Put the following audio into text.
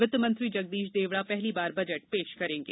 वित्तमंत्री जगदीश देवड़ा पहली बार बजट पेश करेंगे